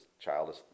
childish